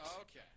Okay